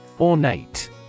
Ornate